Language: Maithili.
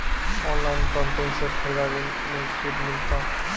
ऑनलाइन पंपिंग सेट खरीदारी मे छूट मिलता?